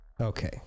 okay